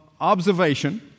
observation—